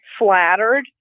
flattered